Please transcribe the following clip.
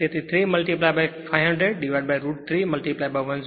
તેથી 3 500root 3 103